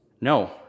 No